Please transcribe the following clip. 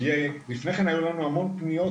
כי לפני כן היו לנו המון פניות,